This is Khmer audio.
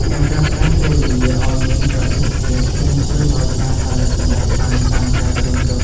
ការប្រើប្រាស់ពេលវេលាឱ្យមានប្រសិទ្ធភាពនឹងជួយឱ្យការផលិតសម្រេចបានតាមការគ្រោងទុក។